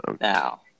Now